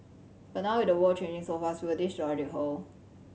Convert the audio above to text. but now at the world changing so fast will this logic hold